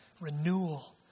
renewal